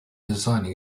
designing